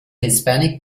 hispanic